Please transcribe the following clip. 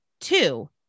Two